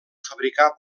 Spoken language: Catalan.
fabricar